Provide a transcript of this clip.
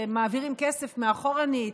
שמעבירים כסף מאחור לנהג,